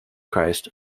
christ